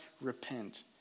repent